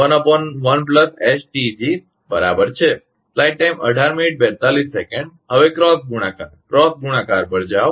હવે ક્રોસ ગુણાકાર ક્રોસ ગુણાકાર પર જાઓ